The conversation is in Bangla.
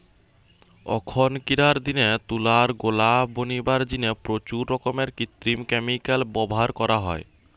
অখনকিরার দিনে তুলার গোলা বনিবার জিনে প্রচুর রকমের কৃত্রিম ক্যামিকাল ব্যভার করা হয়